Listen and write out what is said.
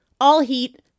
all-heat